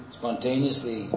spontaneously